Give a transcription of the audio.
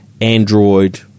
Android